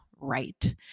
right